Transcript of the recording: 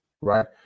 right